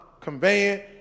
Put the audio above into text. conveying